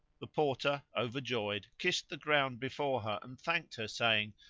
the porter, over joyed, kissed the ground before her and thanked her saying,